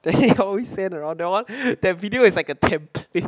then he always send around that [one] that video is like a template